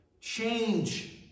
change